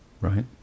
right